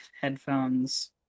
headphones